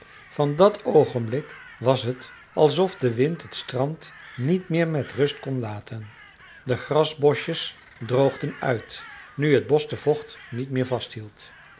van dat oogenblik was het alsof de wind het strand niet meer met rust kon laten de grasbosjes droogden uit nu het bosch de vocht niet meer vasthield